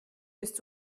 bist